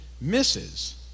misses